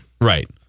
Right